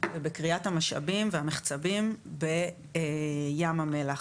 ובכריית המשאבים והמחצבים בים המלח.